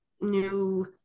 new